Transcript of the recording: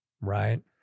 Right